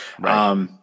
Right